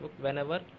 whenever